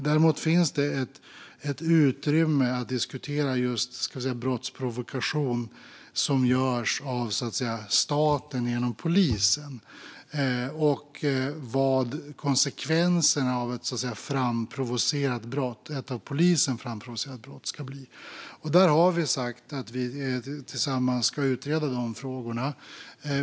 Däremot finns det ett utrymme att diskutera brottsprovokation som görs av staten genom polisen och vad konsekvenserna av ett av polisen framprovocerat brott ska bli. Vi har sagt att vi tillsammans ska utreda de frågorna.